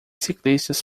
ciclistas